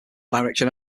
direction